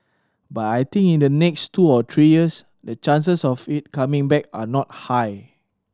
but I think in the next two or three years the chances of it coming back are not high